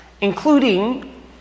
including